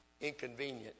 inconvenient